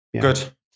good